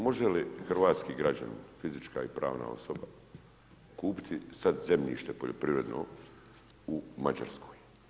Može li hrvatski građanin, fizička i pravna osoba, kupiti sad zemljište poljoprivredno u Mađarskoj?